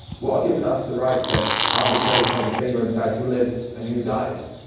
what gives us the right to arbitrarily point the finger and decide who lives and who dies?